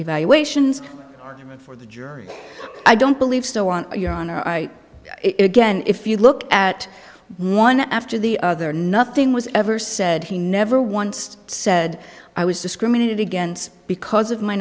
evaluations argument for the jury i don't believe so on your honor i again if you look at one after the other nothing was ever said he never once said i was discriminated against because of my